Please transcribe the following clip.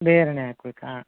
ಬೇರೆನೇ ಹಾಕಬೇಕಾ